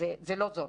אז זה לא זול,